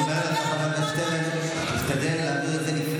אומר לך חבר הכנסת שטרן שתשתדל להעביר את זה לפני